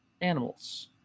animals